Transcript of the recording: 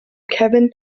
kevin